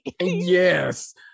Yes